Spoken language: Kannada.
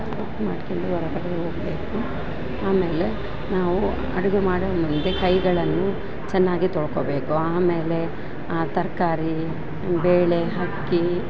ಚೆಕ್ಪ ಮಾಡ್ಕೆಂಡು ಹೊರಗಡೆ ಹೋಗಬೇಕು ಆಮೇಲೆ ನಾವು ಅಡುಗೆ ಮಾಡುವ ಮುಂದೆ ಕೈಗಳನ್ನು ಚೆನ್ನಾಗಿ ತೊಳ್ಕೊಬೇಕು ಆಮೇಲೆ ಆ ತರಕಾರಿ ಬೇಳೆ ಅಕ್ಕಿ